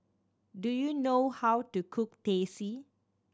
do you know how to cook Teh C